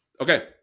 Okay